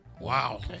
Wow